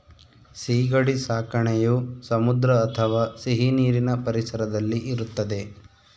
ಸೀಗಡಿ ಸಾಕಣೆಯು ಸಮುದ್ರ ಅಥವಾ ಸಿಹಿನೀರಿನ ಪರಿಸರದಲ್ಲಿ ಇರುತ್ತದೆ